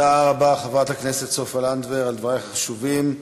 תודה רבה לחברת הכנסת סופה לנדבר על דברייך החשובים.